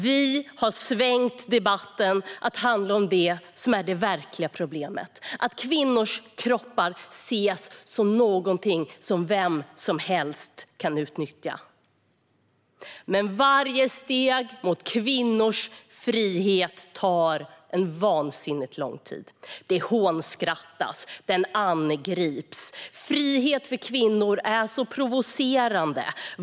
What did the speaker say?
Vi har svängt debatten till att handla om det verkliga problemet, om att kvinnors kroppar ses som något som vem som helst kan utnyttja. Men varje steg mot kvinnors frihet tar vansinnigt lång tid. Det hånskrattas. Den angrips. Frihet för kvinnor är provocerande.